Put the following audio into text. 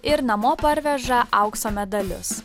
ir namo parveža aukso medalius